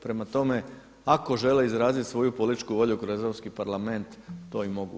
Prema tome, ako žele izrazit svoju političku volju kroz Europski parlament to i mogu.